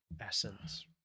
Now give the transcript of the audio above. essence